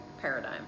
Paradigm